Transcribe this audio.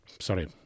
sorry